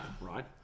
right